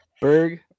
Berg